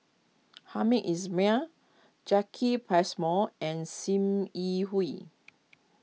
Hamed Ismail Jacki Passmore and Sim Yi Hui